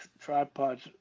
tripod's